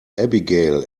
abigail